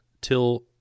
till